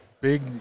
big